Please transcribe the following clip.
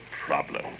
problem